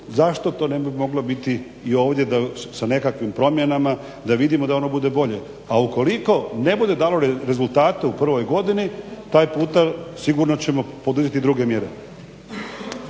Zašto to ne bi moglo biti i ovdje da sa nekakvim promjenama, da vidimo da ono bude bolje. A ukoliko ne bude dalo rezultate u prvoj godini taj puta sigurno ćemo poduzeti druge mjere.